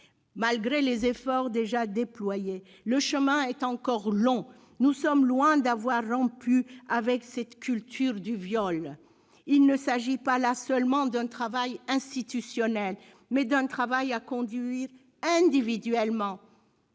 Malgré les efforts déjà déployés, le chemin est encore long. Nous sommes loin d'avoir rompu avec la « culture du viol ». Il ne s'agit pas seulement d'un travail institutionnel, mais aussi d'une démarche à conduire avec